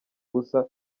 ubusa